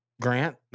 grant